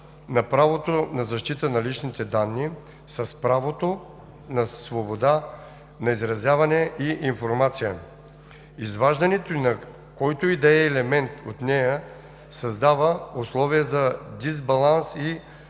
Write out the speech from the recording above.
на правото на защита на личните данни с правото на свобода на изразяване и информация. Изваждането на който и да е елемент от нея създава условия за дисбаланс и